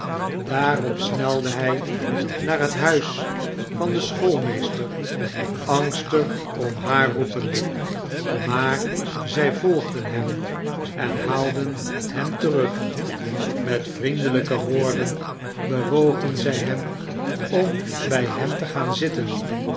daarop snelde hij naar het huis van den schoolmeester angstig om haar roepende maar zij volgden hem en haalden hem terug met vriendelijke woorden bewogen zij hem om bij hen te gaan zitten